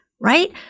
right